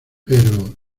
pero